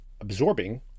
absorbing